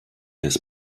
des